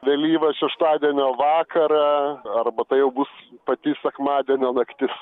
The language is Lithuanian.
vėlyvą šeštadienio vakarą arba tai jau bus pati sekmadienio naktis